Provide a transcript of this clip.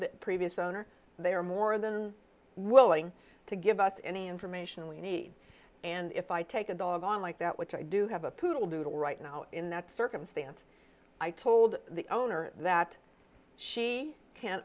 the previous owner they are more than willing to give us any information we need and if i take a dog on like that which i do have a poodle doodle right now in that circumstance i told the owner that she can